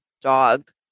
dog